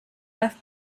left